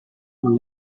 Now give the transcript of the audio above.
con